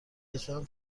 کشورم